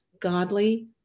godly